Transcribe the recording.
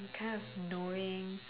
kind of knowing